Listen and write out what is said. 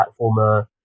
platformer